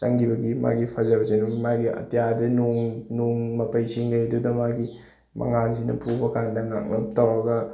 ꯆꯪꯈꯤꯕꯒꯤ ꯃꯥꯒꯤ ꯐꯖꯕꯁꯦ ꯑꯗꯨꯝ ꯃꯥꯒꯤ ꯑꯇꯤꯌꯥꯗꯒꯤ ꯅꯣꯡ ꯅꯣꯡ ꯃꯄꯩꯁꯤꯡ ꯂꯩꯔꯤꯗꯨꯗ ꯃꯥꯒꯤ ꯃꯉꯥꯟꯁꯤꯅ ꯐꯨꯕ ꯀꯥꯟꯗ ꯉꯥꯡꯂꯞ ꯇꯧꯔꯒ